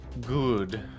Good